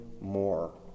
more